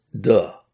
duh